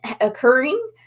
occurring